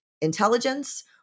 intelligence